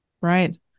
Right